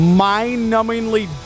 mind-numbingly